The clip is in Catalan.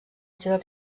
seva